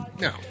No